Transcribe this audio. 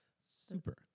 Super